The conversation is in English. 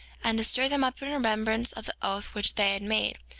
and to stir them up in remembrance of the oath which they had made,